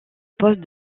poste